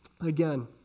again